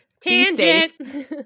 tangent